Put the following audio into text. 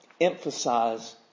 emphasize